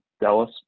Dallas